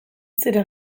ziren